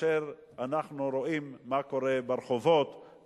כאשר אנחנו רואים מה קורה ברחובות,